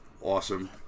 awesome